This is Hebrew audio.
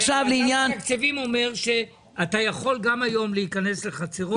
אגף תקציבים אומר שאתה יכול גם היום להיכנס לחצרות.